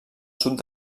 sud